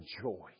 joy